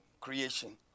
creation